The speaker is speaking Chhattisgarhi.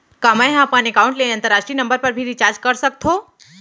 का मै ह अपन एकाउंट ले अंतरराष्ट्रीय नंबर पर भी रिचार्ज कर सकथो